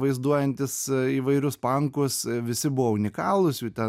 vaizduojantis įvairius pankus visi buvo unikalūs jų ten